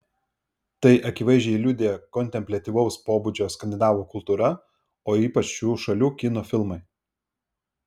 tai akivaizdžiai liudija kontempliatyvaus pobūdžio skandinavų kultūra o ypač šių šalių kino filmai